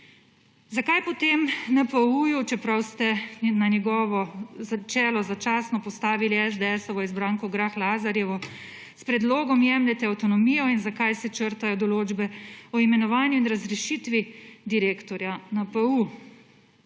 Zakaj potem NPU, čeprav ste na njegovo čelo začasno postavili izbranko SDS Grah Lazarjevo, s predlogom jemljete avtonomijo in zakaj se črtajo določbe o imenovanju in razrešitvi direktorja NPU.